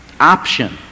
option